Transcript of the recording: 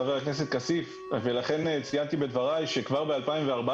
חבר הכנסת כסיף ולכן ציינתי בדבריי שכבר ב-2014